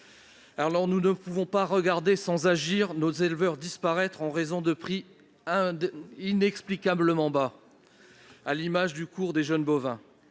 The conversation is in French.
Nous ne pouvons pas regarder sans réagir nos éleveurs disparaître en raison de prix inexplicablement bas, à l'image du cours des jeunes bovins.